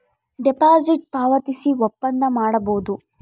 deposit ಪಾವತಿಸಿ ಒಪ್ಪಂದ ಮಾಡಬೋದು